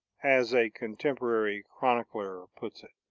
as a contemporary chronicler puts it.